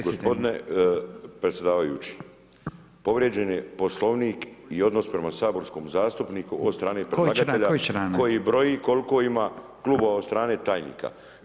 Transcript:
Gospodine predsjedavajući, povrijeđen je Poslovnik i odnos prema saborskom zastupniku [[Upadica Radin: Koji članak?]] od strane predlagatelja koji broji koliko ima klubova od strane tajnika.